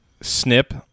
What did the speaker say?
Snip